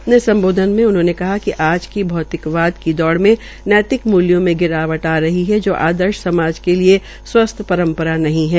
अपने सम्बोधन में उन्होंने कहा कि आज की भौतिकवाद की दौड़ में नैतिक मूल्यों में गिरावट आ रही है जो आदर्श समाज के लिए स्वस्थ परंपरा नहीं है